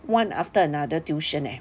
one after another tuition eh